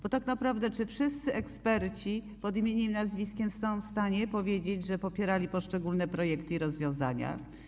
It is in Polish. Bo tak naprawdę czy wszyscy eksperci występujący pod własnym imieniem i nazwiskiem są w stanie powiedzieć, że popierali poszczególne projekty i rozwiązania?